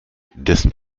dessen